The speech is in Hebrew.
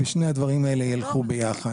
ושני הדברים האלה ילכו יחד.